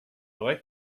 like